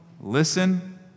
listen